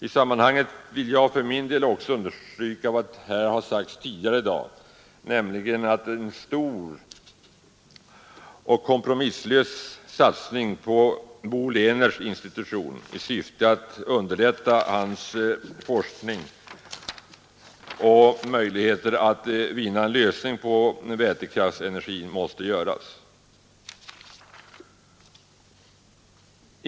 I sammanhanget vill jag för min del också understryka vad här har sagts tidigare i dag, nämligen att en stor och kompromisslös satsning på Bo Lehnerts institution i syfte att underlätta hans forskning beträffande möjligheter att finna en lösning på vätekraftsenergiproblemet måste göras.